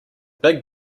big